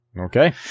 Okay